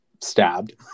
stabbed